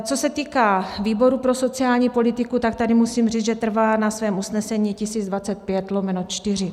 Co se týká výboru pro sociální politiku, tak tady musím říct, že trvá na svém usnesení 1025/4.